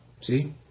See